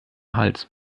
hals